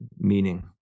meaning